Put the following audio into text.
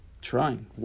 Trying